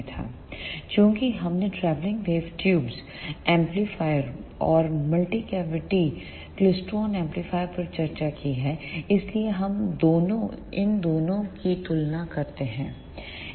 refer slide time 0850 चूंकि हमने travelling wave tube एम्पलीफायरों और मल्टी कैविटी क्लेस्ट्रॉन एम्पलीफायरों पर चर्चा की है इसलिए हम इन दोनों की तुलना करते हैं